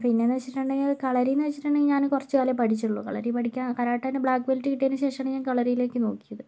പിന്നെയെന്ന് വെച്ചിട്ടുണ്ടെങ്കിൽ കളരിയെന്ന് വെച്ചിട്ടുണ്ടെങ്കിൽ ഞാൻ കുറച്ച് കാലമേ പഠിച്ചുള്ളൂ കളരി പഠിക്കാൻ കരാട്ടേൻ്റെ ബ്ളാക്ക് ബെൽറ്റ് കിട്ടടിയതിന് ശേഷമാണ് ഞാൻ കളരിയിലേക്ക് നോക്കിയത്